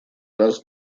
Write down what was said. раз